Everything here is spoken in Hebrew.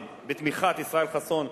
בתמיכת ישראל חסון,